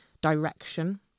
direction